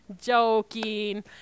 Joking